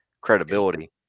credibility